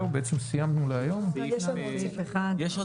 הצבעה אושר הסעיף אושר.